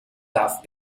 darf